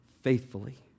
faithfully